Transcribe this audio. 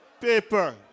Paper